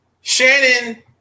Shannon